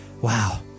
wow